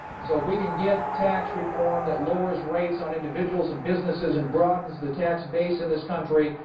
so if we can get tax reform that lowers rates on individuals and businesses and broadens the tax base in this country,